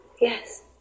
Yes